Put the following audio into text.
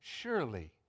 surely